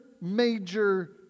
major